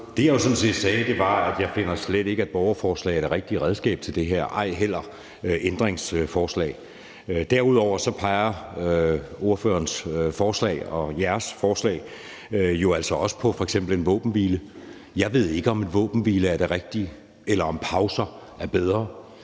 Det, jeg sådan set sagde, var, at jeg slet ikke finder, at borgerforslag er det rigtige redskab til det her, ej heller ændringsforslag. Derudover peger jeres forslag f.eks. på en våbenhvile. Jeg ved ikke, om en våbenhvile er det rigtige, eller om pauser er bedre.